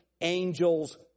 angels